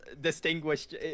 distinguished